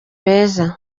beza